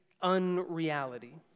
unreality